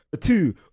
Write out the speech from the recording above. Two